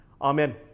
Amen